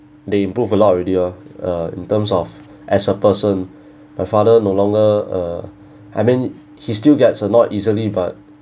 they improve a lot already loh uh in terms of as a person my father no longer uh I mean he still gets annoyed easily but